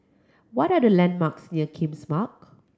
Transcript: what are the landmarks near King's Malk